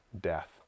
death